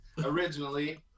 originally